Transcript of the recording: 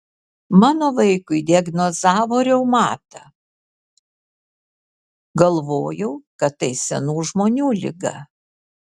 mano vaikui diagnozavo reumatą galvojau kad tai senų žmonių liga